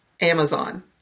Amazon